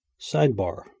Sidebar